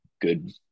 good